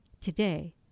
today